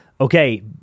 okay